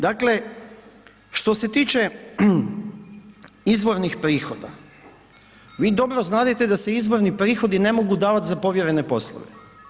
Dakle, što se tiče izvornih prihoda, vi dobro znadete da se izvorni prihodi ne mogu davati za povjerene poslove.